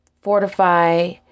fortify